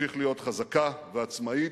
תמשיך להיות חזקה ועצמאית.